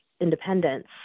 independence